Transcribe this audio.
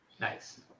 Nice